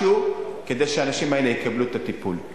משהו, כדי שהאנשים האלה יקבלו את הטיפול.